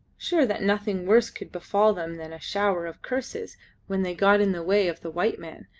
sure that nothing worse could befall them than a shower of curses when they got in the way of the white man,